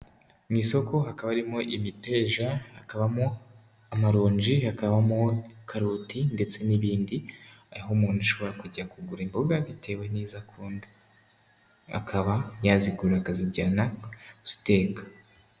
Mu isoko hakaba harimo imiteja, hakabamo amaronji, hakahamo karoti ndetse n'ibindi, aho umuntu ashobora kujya kugura imboga bitewe n'izo akunda akaba yazigura akazijyana kuziteka.